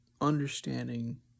understanding